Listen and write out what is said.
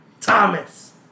Thomas